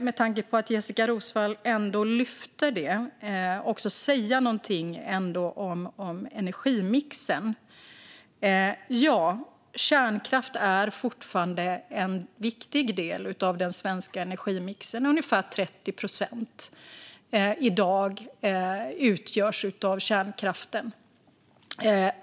Med tanke på att Jessika Roswall lyfte upp det vill jag också säga någonting om energimixen. Ja, kärnkraft är fortfarande en viktig del av den svenska energimixen. Ungefär 30 procent kommer i dag från kärnkraften.